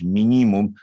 minimum